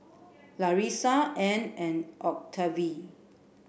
Larissa Ann and Octavie